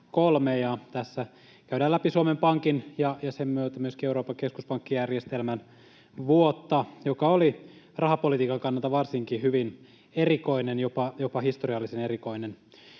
Tässä käydään läpi Suomen Pankin ja sen myötä myöskin Euroopan keskuspankkijärjestelmän vuotta, joka oli varsinkin rahapolitiikan kannalta hyvin erikoinen, jopa historiallisen erikoinen.